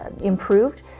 improved